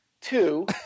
two